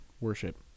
worship